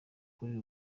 kuri